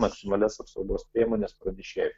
maksimalias apsaugos priemones pranešėjas